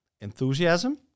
enthusiasm